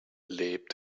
lebt